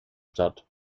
statt